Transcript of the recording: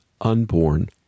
unborn